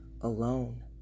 alone